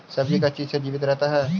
सब्जी का चीज से जीवित रहता है?